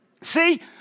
See